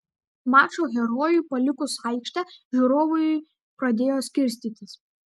mačo herojui palikus aikštę žiūrovai pradėjo skirstytis